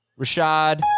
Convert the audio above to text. Rashad